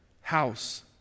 house